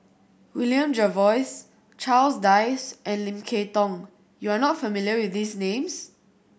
William Jervois Charles Dyce and Lim Kay Tong you are not familiar with these names